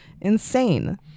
insane